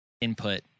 input